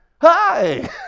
hi